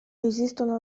esistono